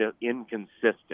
inconsistent